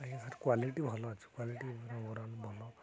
ଆଜ୍ଞା sir quality ଭଲ ଅଛି କ୍ୱାଲିଟି ଭଲ